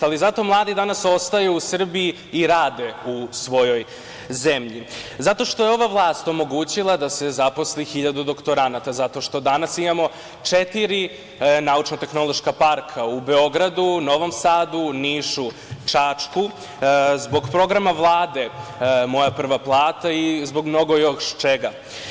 Ali, zato mladi danas ostaju u Srbiji i rade u svojoj zemlji, zato što je ova vlast omogućila da se zaposli hiljadu doktoranata, zato što danas imamo četiri naučno-tehnološka parka, u Beogradu, Novom Sadu, Nišu, Čačku, zbog programa Vlade "Moja prva plata" i zbog mnogo još čega.